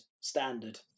standard